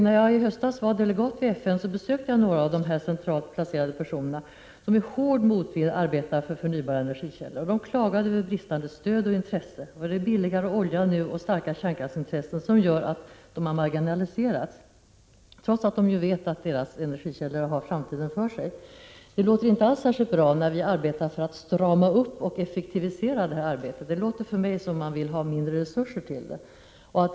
När jag i höstas var delegat i FN, besökte jag några centralt placerade personer som i hård motvind arbetar för förnybara energikällor. De klagade över bristande stöd och intresse. Billigare olja och starka kärnkraftsintressen gör att de har marginaliserats, trots att de vet att de energikällor som de arbetar för har framtiden för sig. Det låter inte alls särskilt bra att man arbetar för att strama upp och effektivisera det här arbetet. Det låter för mig som om man skulle vilja ge det mindre resurser.